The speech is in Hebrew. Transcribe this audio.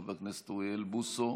חבר הכנסת אוריאל בוסו,